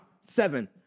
seven